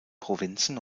provinzen